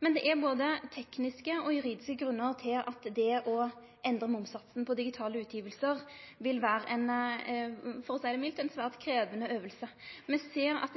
men det er både tekniske og juridiske grunnar til at det å endre momssatsen på digitale utgjevingar vil vere, for å seie det mildt, ei svært krevjande øving. Me ser at